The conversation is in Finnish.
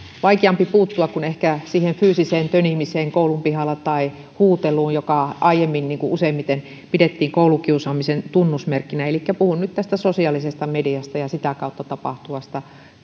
vaikeampi puuttua kuin fyysiseen tönimiseen koulun pihalla tai huuteluun jota aiemmin useimmiten pidettiin koulukiusaamisen tunnusmerkkinä elikkä puhun nyt sosiaalisesta mediasta ja sitä kautta tapahtuvasta